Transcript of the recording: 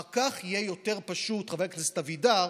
אחר כך יהיה יותר פשוט, חבר כנסת אבידר,